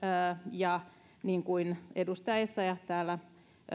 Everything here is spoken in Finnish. ja niin kuin edustaja essayah täällä